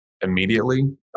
immediately